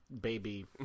baby